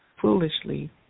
foolishly